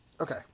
Okay